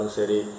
seri